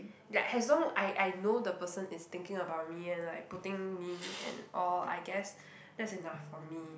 that as long I I know the person is thinking about me and like putting me and all I guess that's enough for me